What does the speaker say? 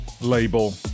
label